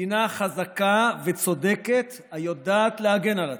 מדינה חזקה וצודקת, היודעת להגן על עצמה,